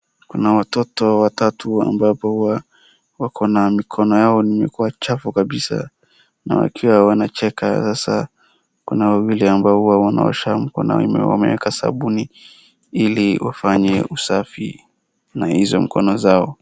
Kuna watoto watatu ambapo huwa wakona mikono yao imekuwa chafu kabisa, na wakiwa wanacheka. Sasa kuna wawili ambao huwa wanaoshana, mikono yao wameeka sabuni ili wafanye usafi na hizo mkono zao.